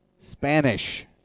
Spanish